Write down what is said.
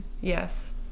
Yes